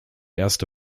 erste